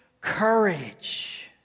courage